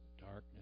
darkness